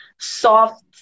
soft